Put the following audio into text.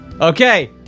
Okay